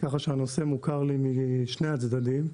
הנושא מוכר לי משני הצדדים.